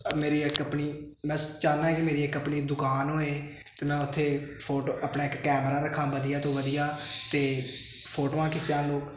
ਮੇਰੀ ਇੱਕ ਆਪਣੀ ਮੈਂ ਚਾਹੁੰਦਾ ਕਿ ਮੇਰੀ ਇੱਕ ਆਪਣੀ ਦੁਕਾਨ ਹੋਵੇ ਅਤੇ ਮੈਂ ਉੱਥੇ ਫੋਟੋ ਆਪਣਾ ਇੱਕ ਕੈਮਰਾ ਰੱਖਾਂ ਵਧੀਆ ਤੋਂ ਵਧੀਆ ਅਤੇ ਫੋਟੋਆਂ ਖਿੱਚਵਾ ਲਓ